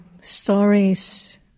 stories